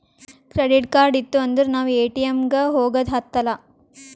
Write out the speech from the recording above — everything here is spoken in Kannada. ಕ್ರೆಡಿಟ್ ಕಾರ್ಡ್ ಇತ್ತು ಅಂದುರ್ ನಾವ್ ಎ.ಟಿ.ಎಮ್ ಗ ಹೋಗದ ಹತ್ತಲಾ